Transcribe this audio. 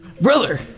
brother